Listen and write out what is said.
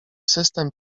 system